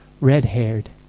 red-haired